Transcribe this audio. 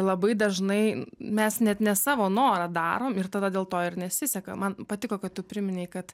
labai dažnai mes net ne savo norą darom ir tada dėl to ir nesiseka man patiko kad tu priminei kad